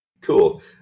cool